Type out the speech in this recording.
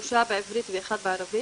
שלושה בעברית, אחד בערבית?